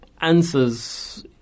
answers